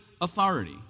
authority